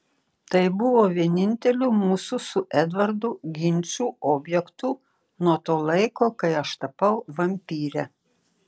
tai buvo vieninteliu mūsų su edvardu ginčų objektu nuo to laiko kai aš tapau vampyre